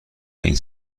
این